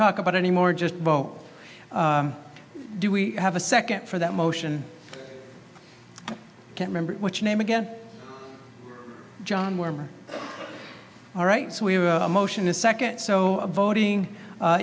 talk about any more just bow do we have a second for that motion i can't remember which name again john were all right so we were a motion to second so voting